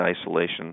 isolation